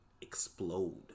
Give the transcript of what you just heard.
explode